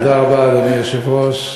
אדוני היושב-ראש,